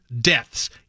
deaths